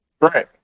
Right